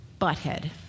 butthead